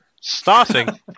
Starting